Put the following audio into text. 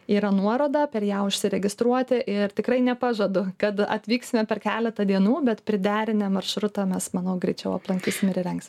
yra nuoroda per ją užsiregistruoti ir tikrai nepažadu kad atvyksime per keletą dienų bet priderinę maršrutą mes manau greičiau aplankysim ir įrengsim